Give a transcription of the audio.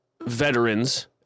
veterans